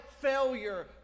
failure